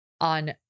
on